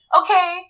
okay